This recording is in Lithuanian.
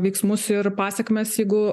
veiksmus ir pasekmes jeigu